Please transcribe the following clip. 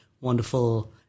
wonderful